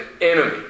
enemy